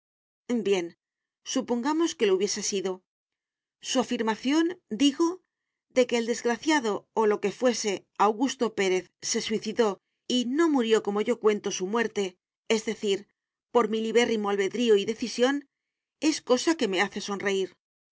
bien supongamos que lo hubiese sido su afirmación digo de que el desgraciado o lo que fuese augusto pérez se suicidó y no murió como yo cuento su muerte es decir por mi libérrimo albedrío y decisión es cosa que me hace sonreír